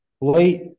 late